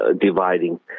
dividing